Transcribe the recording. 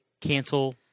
cancel